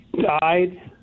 died